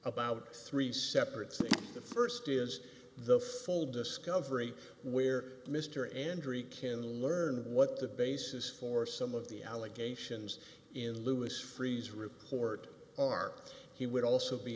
about three separate so the first is the full discovery where mr andry can learn what the basis for some of the allegations in lewis freeze report are he would also be